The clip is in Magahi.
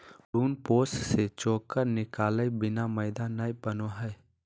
भ्रूणपोष से चोकर निकालय बिना मैदा नय बनो हइ